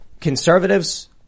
conservatives